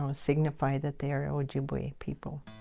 um signify that they're ojibwe people.